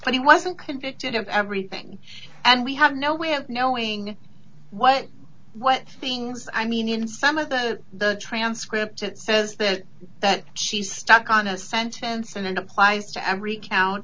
but he wasn't convicted of everything and we have no way of knowing what what things i mean in some of the the transcript it says that she's stuck on a sentence and it applies to every